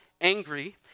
angry